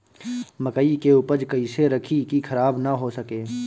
मकई के उपज कइसे रखी की खराब न हो सके?